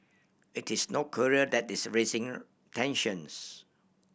it is North Korea that is a raising tensions